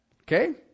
Okay